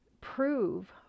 prove